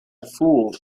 fool